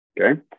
Okay